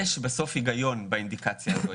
בסוף, יש היגיון באינדיקציה הזאת.